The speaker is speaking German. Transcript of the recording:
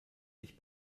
sich